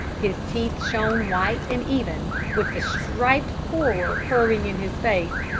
his teeth shone white and even with the striped horror purring in his face,